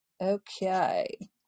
Okay